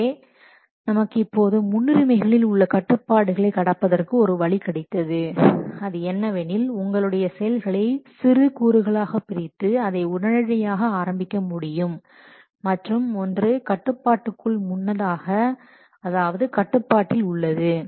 எனவே நமக்கு இப்போது முன்னுரிமைகளில் உள்ள கட்டுப்பாடுகளை கடப்பதற்கு ஒரு வழி கிடைத்தது அது என்னவெனில் உங்களுடைய செயல்களை சிறு கூறுகளாக பிரித்து அதை உடனடியாக ஆரம்பிக்க முடியும் மற்றும் ஒன்று கட்டுப்பாடுகளுக்கு முன்னதாக அதாவது அது கட்டுப்பாட்டில் உள்ளது